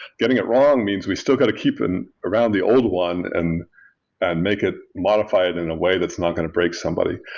getting it wrong means we still got to keep around the old one and and make it modified in a way that's not going to break somebody.